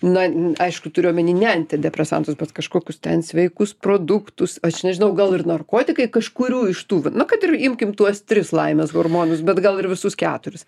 na aišku turiu omeny ne antidepresantus bet kažkokius ten sveikus produktus aš nežinau gal ir narkotikai kažkurių iš tų va na kad ir imkim tuos tris laimės hormonus bet gal ir visus keturis